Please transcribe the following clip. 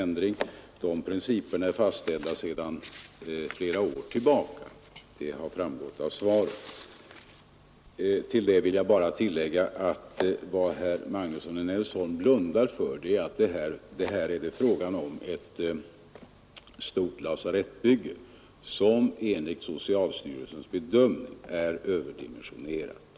Principerna i sådana fall finns fastställda sedan flera år tillbaka. Härtill vill jag bara lägga, att herr Magnusson i Nennesholm blundar för att det här är fråga om ett stort lasarettsbygge, som enligt socialstyrelsens bedömning är överdimensionerat.